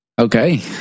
Okay